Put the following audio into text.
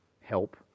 help